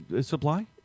supply